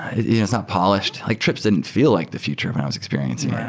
it's not polished. like trips didn't feel like the future when i was experiencing yeah